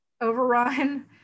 overrun